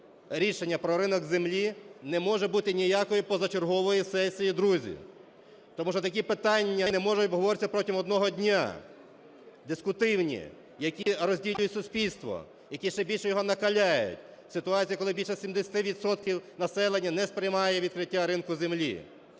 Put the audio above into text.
рішення про ринок землі не може бути ніякої позачергової сесії, друзі, тому що такі питання не можуть обговорюватися протягом одного дня, дискутивні, які розділюють суспільство, які ще більше його накаляють, ситуація, коли більше 70 відсотків населення не сприймає відкриття ринку землі.